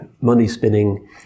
money-spinning